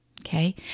Okay